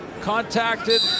contacted